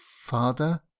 father